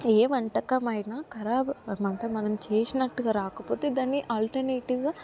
ఏ వంటకమయిన ఖరాబ్ మ అంటే మనం చేసినట్టుగా రాకపోతే దాన్ని ఆల్టర్నేటివ్గా